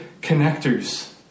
connectors